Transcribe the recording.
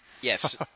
yes